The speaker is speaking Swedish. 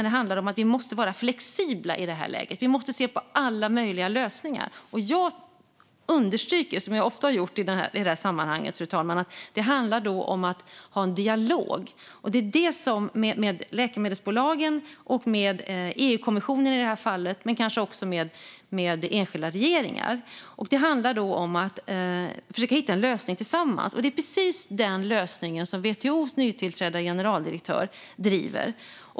Det handlar om att vi måste vara flexibla i det här läget. Vi måste se på alla möjliga lösningar. Jag understryker, som jag ofta har gjort i det här sammanhanget, att det handlar om att ha en dialog med läkemedelsbolagen, EU-kommissionen i det här fallet och kanske också med enskilda regeringar. Det handlar om att försöka att hitta en lösning tillsammans. Det är precis den lösning som WTO:s nytillträdda generaldirektör driver.